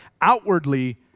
outwardly